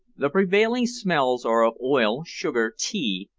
the prevailing smells are of oil, sugar, tea,